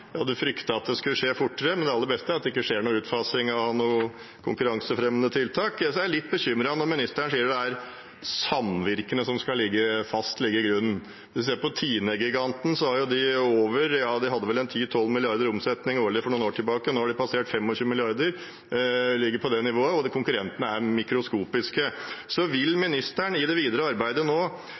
at det skulle skje fortere, men det aller beste er at det ikke skjer noen utfasing av noen konkurransefremmende tiltak. Jeg er litt bekymret når ministeren sier at samvirkene skal ligge fast eller ligge i grunnen. Hvis vi ser på giganten Tine, hadde de vel 10–12 mrd. kr i omsetning årlig for noen år tilbake, og nå har de passert 25 mrd. kr. Det ligger på det nivået, og konkurrentene er mikroskopiske. Vil ministeren i det videre arbeidet nå